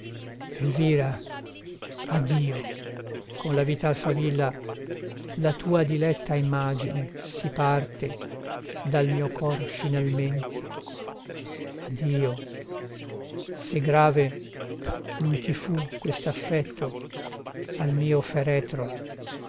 elvira addio con la vital favilla la tua diletta immagine si parte dal mio cor finalmente addio se grave non ti fu quest'affetto al mio feretro